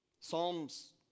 psalms